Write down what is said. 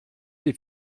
les